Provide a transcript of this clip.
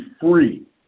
free